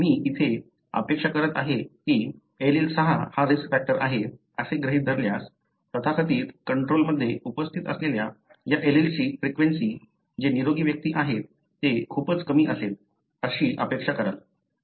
मी येथे अपेक्षा करत आहे की एलील 6 हा रिस्क फॅक्टर आहे असे गृहीत धरल्यास तथाकथित कंट्रोल्समध्ये उपस्थित असलेल्या या एलीलची फ्रिक्वेंसी जे निरोगी व्यक्ती आहेत ते खूपच कमी असेल अशी अपेक्षा कराल